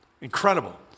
Incredible